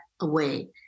away